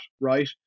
right